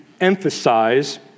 emphasize